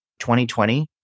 2020